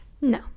No